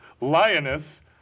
lioness